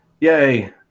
yay